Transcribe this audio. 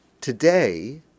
today